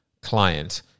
client